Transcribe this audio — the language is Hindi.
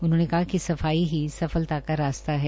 उन्होंने कहा कि सफाई की सफलता का रास्ता है